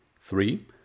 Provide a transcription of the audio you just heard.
Three